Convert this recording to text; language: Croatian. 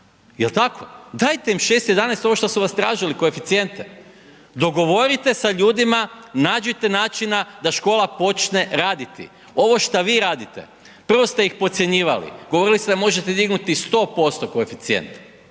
jel' tako? Dajte im 6,11, ovo što su vas tražili koeficijente. Dogovorite sa ljudima, nađite načina da škola počne raditi. Ovo šta vi radite, prvo ste ih podcjenjivali, govorili ste da možete dignuti 100% koeficijent,